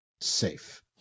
safe